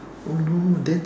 oh no then